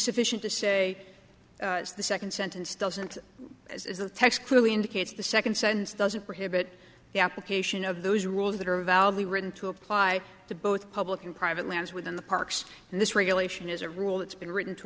sufficient to say as the second sentence doesn't as is the text clearly indicates the second sentence doesn't prohibit the application of those rules that are validly written to apply to both public and private lands within the parks and this regulation is a rule it's been written to